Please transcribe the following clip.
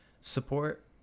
Support